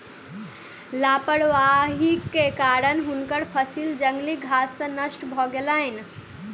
लापरवाहीक कारणेँ हुनकर फसिल जंगली घास सॅ नष्ट भ गेलैन